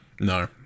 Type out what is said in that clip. No